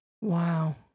Wow